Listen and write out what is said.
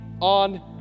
on